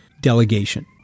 delegation